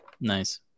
Nice